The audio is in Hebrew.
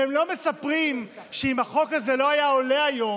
והם לא מספרים שאם החוק הזה לא היה עולה היום,